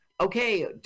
Okay